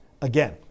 again